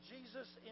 Jesus